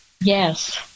Yes